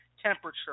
temperature